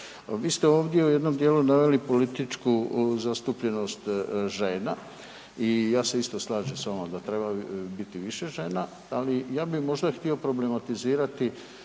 vi ste ovdje u jednom dijelu naveli političku zastupljenost žena i ja se isto slažem s vama da treba biti više žena, ali ja bih možda htio problematizirati